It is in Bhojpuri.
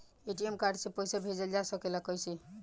ए.टी.एम कार्ड से पइसा भेजल जा सकेला कइसे?